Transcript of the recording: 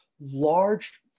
large